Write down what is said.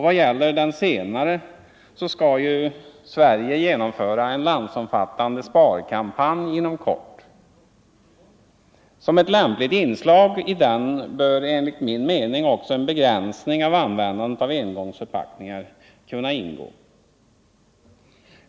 Vad gäller den senare så skall ju Sverige genomföra en landsomfattande sparkampanj inom kort. Som ett lämpligt inslag i denna bör enligt min mening också en begränsning i användandet av engångsförpackningar ingå.